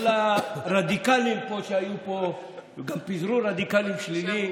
כל הרדיקליים שהיו פה, פיזרו רדיקלים שליליים,